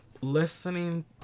listening